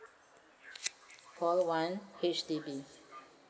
call one H_D_B